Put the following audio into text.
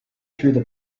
through